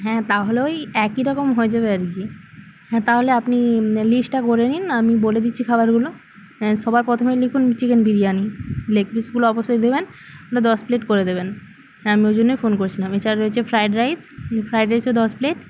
হ্যাঁ তাহলে ওই একই রকম হয়ে যাবে আর কি হ্যাঁ তাহলে আপনি লিস্টটা করে নিন আমি বলে দিচ্ছি খাবারগুলো সবার প্রথমে লিখুন চিকেন বিরিয়ানি লেগপিসগুলো অবশ্যই দিবেন ওটা দশ প্লেট করে দেবেন হ্যাঁ আমি ওই জন্যই ফোন করছিলাম এছাড়া রয়েছে ফ্রায়েড রাইস ফ্রায়েড রাইসও দশ প্লেট